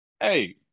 hey